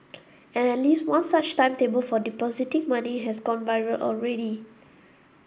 and at least one such timetable for depositing money has gone viral already